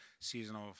seasonal